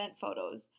photos